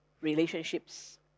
relationships